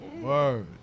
Word